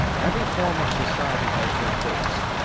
every form of society has been based,